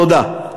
תודה.